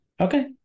okay